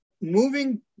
moving